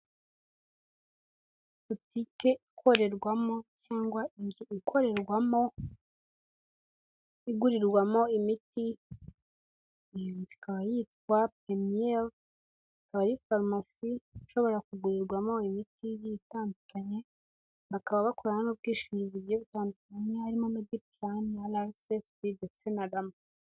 Botike ikorerwamo cyangwa inzu ikorerwamo igurirwamo imiti iyo nzu ikaba yitwa Peniel Pharmacy akaba ari farumasi ishobora kugurirwamo imiti igiye itandukanye bakaba bakorana n'ubwishingizi butandukanye harimo Mediplan, RSSB ndetse na rama.